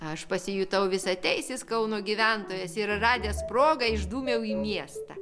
aš pasijutau visateisis kauno gyventojas ir radęs progą išdūmiau į miestą